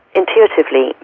intuitively